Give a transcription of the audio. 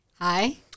Hi